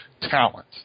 talent